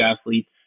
athletes